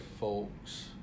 folks